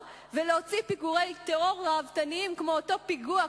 ולהוציא פיגועי טרור ראוותניים כמו אותו פיגוע,